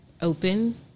open